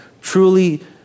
truly